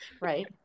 Right